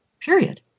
period